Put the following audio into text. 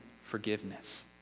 forgiveness